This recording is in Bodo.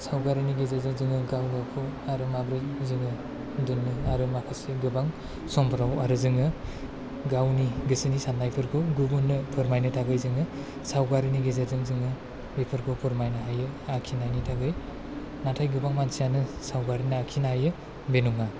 सावगारिनि गेजेरजों जोङो गाव गावखौ आरो माबोरै जोङो दोननो आरो माखासे गोबां समफ्राव आरो जोङो गावनि गोसोनि साननायफोरखौ गुबुननो फोरमायनो थाखाय जोङो सावगारिनि गेजेरजों जोङो बेफोरखौ फोरमायनो हायो आखिनायनि थाखाय नाथाय गोबां मानसियानो सावगारि आखिनो हायो बे नङा